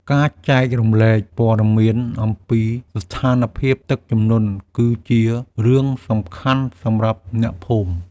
ការចែករំលែកព័ត៌មានអំពីស្ថានភាពទឹកជំនន់គឺជារឿងសំខាន់សម្រាប់អ្នកភូមិ។